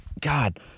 God